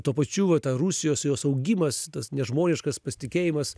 tuo pačiu va ta rusijos jos augimas tas nežmoniškas pasitikėjimas